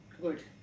good